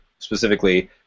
Specifically